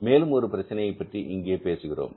மேலும் ஒரு பிரச்சனையைப் பற்றி இங்கே பேசுகிறோம்